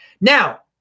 Now